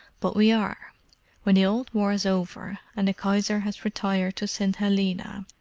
but we are when the old war's over, and the kaiser has retired to st. helena,